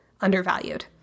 undervalued